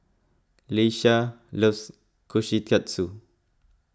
Leshia loves Kushikatsu